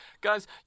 Guys